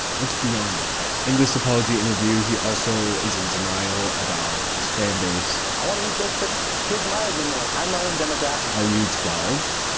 it's beyond entitlement. in this apology interview, he also is in denial about his fan base. i want to make jokes of kids my age, they're going to like. i am my own demographic. are you twelve?